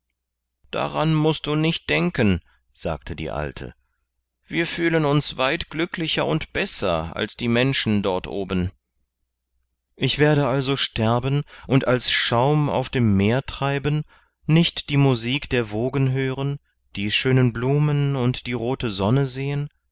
daran mußt du nicht denken sagte die alte wir fühlen uns weit glücklicher und besser als die menschen dort oben ich werde also sterben und als schaum auf dem meer treiben nicht die musik der wogen hören die schönen blumen und die rote sonne sehen